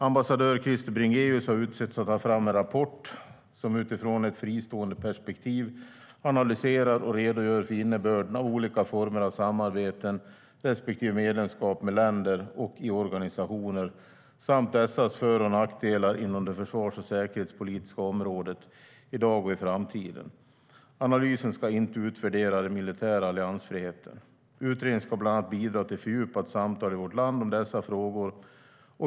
Ambassadör Krister Bringéus har utsetts att ta fram en rapport som utifrån ett fristående perspektiv analyserar och redogör för innebörden av olika former av samarbeten respektive medlemskap med länder och i organisationer, samt dessas för och nackdelar, inom det försvars och säkerhetspolitiska området, i dag och i framtiden. Analysen ska inte utvärdera den militära alliansfriheten. Utredningen ska bland annat bidra till fördjupat samtal i vårt land om dessa frågor.